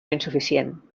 insuficient